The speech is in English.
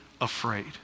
afraid